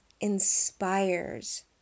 inspires